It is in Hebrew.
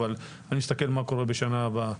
אבל אני מסתכל מה קורה בשנה הבאה.